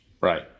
Right